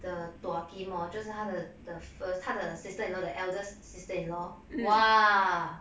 the dua kim 就是她的 first 她的 sister-in-law the eldest sister-in-law !wah!